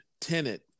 tenant